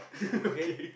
okay